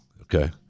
okay